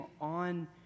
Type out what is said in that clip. on